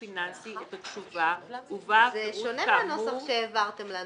המידע שהתבקש לפרט תוך 30 ימים -- זה שונה מהנוסח שהעברתם לנו.